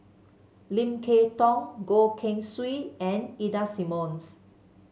Lim Kay Tong Goh Keng Swee and Ida Simmons